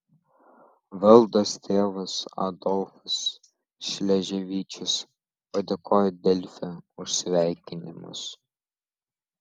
valdos tėvas adolfas šleževičius padėkojo delfi už sveikinimus